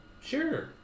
Sure